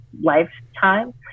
lifetime